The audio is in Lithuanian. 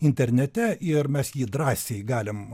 internete ir mes jį drąsiai galim